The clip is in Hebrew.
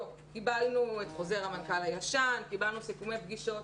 קיבלנו את חוזר המנכ"ל הישן וקיבלנו סיכומי פגישות,